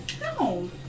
No